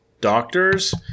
doctors